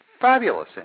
fabulous